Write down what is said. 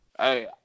Hey